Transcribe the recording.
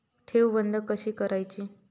ठेव बंद कशी करायची?